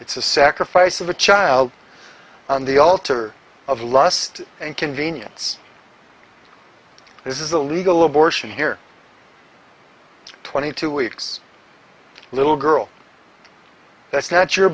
it's a sacrifice of a child on the altar of lust and convenience this is the legal abortion here twenty two weeks little girl that's not your